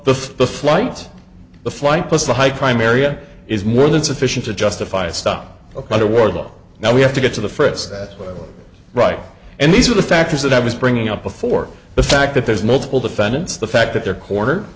both the flight the flight plus the high crime area is more than sufficient to justify a stop other war though now we have to get to the furthest that right and these are the factors that i was bringing up before the fact that there's multiple defendants the fact that they're corner